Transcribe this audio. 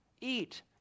eat